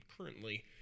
currently